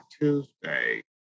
Tuesday